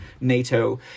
NATO